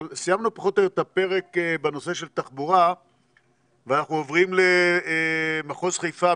אבל סיימנו לפחות את הפרק בנושא של תחבורה ואנחנו עוברים למחוז חיפה,